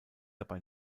dabei